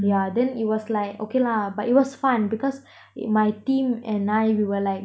yeah then it was like okay lah but it was fun because in my team and I we were like